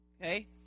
Okay